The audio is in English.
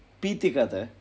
பீத்திக்காத:pitthikaatha